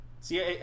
See